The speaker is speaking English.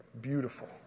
beautiful